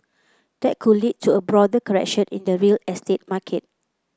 that could lead to a broader correction in the real estate market